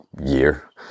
year